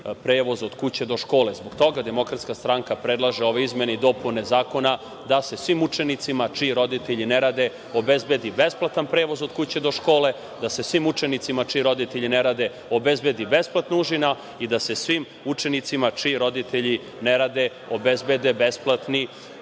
prevoz od kuće do škole. Zbog toga DS predlaže ove izmene i dopune zakona, da se svim učenicima čiji roditelji ne rade obezbedi besplatan prevoz od kuće do škole, da se svim učenicima čiji roditelji ne rade obezbedi besplatna užina i da se svim učenicima čiji roditelji ne rade obezbede besplatni